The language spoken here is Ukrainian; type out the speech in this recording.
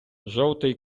жовтий